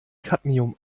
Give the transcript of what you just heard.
cadmium